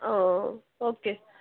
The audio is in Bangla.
ও ওকে